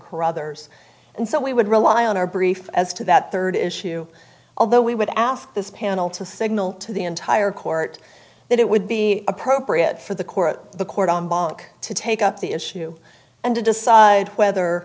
caruthers and so we would rely on our brief as to that third issue although we would ask this panel to signal to the entire court that it would be appropriate for the court the court on balik to take up the issue and to decide whether